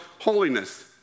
holiness